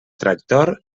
tractor